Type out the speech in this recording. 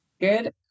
Good